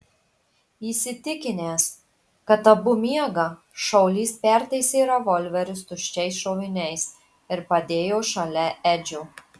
įsitikinęs kad abu miega šaulys pertaisė revolverius tuščiais šoviniais ir padėjo šalia edžio